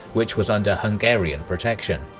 which was under hungarian protection.